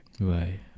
right